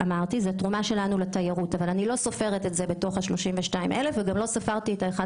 זו תרומה שלנו לתיירות אבל אני לא כוללת את זה בתוך 32,000 המועסקים